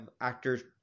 actors